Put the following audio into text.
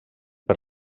per